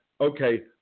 okay